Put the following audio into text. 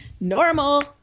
normal